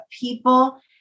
people